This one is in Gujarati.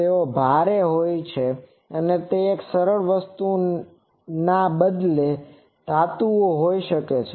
તેઓ ભારે હોય છે અને તે એક સરળ વસ્તુને બદલે ધાતુની વસ્તુઓ હોય છે